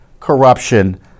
corruption